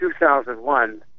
2001